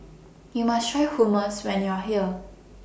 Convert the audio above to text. YOU must Try Hummus when YOU Are here